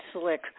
slick